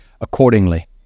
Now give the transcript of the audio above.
accordingly